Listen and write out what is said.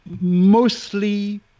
mostly